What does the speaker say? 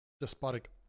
despotic